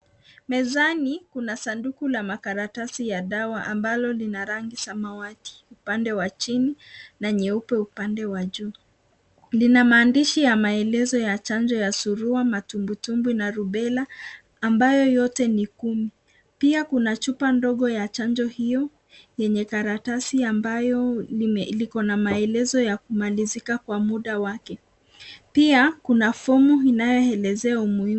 Mezani kuna sanduku la makaratasi ya dawa ambalo lina rangi samawati upande wa chini na nyeupe upande wa juu. Lina maandishi ya maelezo ya chanjo ya suruwa matumbwi tumbwi na rubela ambayo yote ni kumi. Pia kuna chupa ndogo ya chanjo hiyo yenye karatasi ambayo liko na maelezo ya kumalizika kwa muda yake pia kuna fomu inayoelezea umuhimu.